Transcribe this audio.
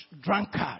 drunkard